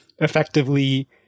effectively